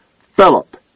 Philip